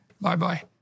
Bye-bye